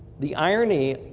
the irony,